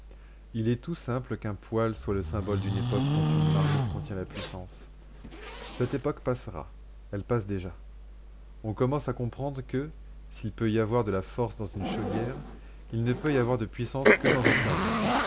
il est tout simple qu'un poêle soit le symbole d'une époque dont une marmite contient la puissance cette époque passera elle passe déjà on commence à comprendre que s'il peut y avoir de la force dans une chaudière il ne peut y avoir de puissance que dans un cerveau